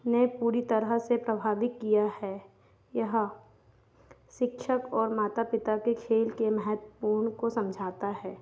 ने पूरी तरह से प्रभावित किया है यह शिक्षक और माता पिता खेल के महत्वपूर्ण को समझाता है